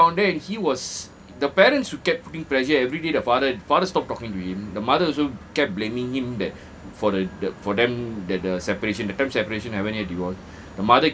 he went down there and he was the parents would kept putting pressure everyday the father the father stop talking to him the mother also kept blaming him that for the the for them that the separation that time separation haven't yet divorce